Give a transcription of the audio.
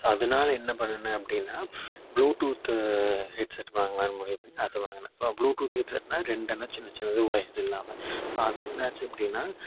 so அதனால என்ன பண்ணுனேன் அப்படின்னா ப்ளூடூத்து ஹெட்செட் வாங்கலான்னு முடிவு பண்ணி அதை வாங்கினேன் ஸோ ப்ளூடூத் ஹெட்செட்னால் ரெண்டன்னா சின்ன சின்னது வொயர் இல்லாமல் ஸோ அது என்னாச்சு அப்படின்னா